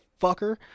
fucker